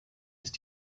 ist